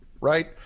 right